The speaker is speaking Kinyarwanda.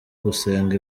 gusenga